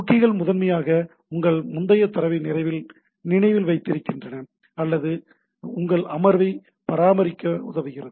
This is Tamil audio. குக்கீகள் முதன்மையாக உங்கள் முந்தைய தரவை நினைவில் வைத்திருக்கின்றன அல்லது இது உங்கள் அமர்வை பராமரிக்க உதவுகிறது